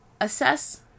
assess